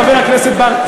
חבר הכנסת בר,